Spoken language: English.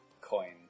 coin